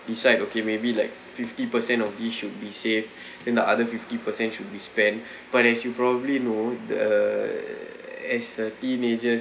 decide okay maybe like fifty percent of this should be save then the other fifty percent should be spend but as you probably know the as a teenager